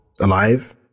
alive